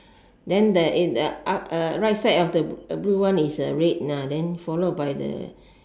then there in the ah uh right side of the blue one is red ah then followed by the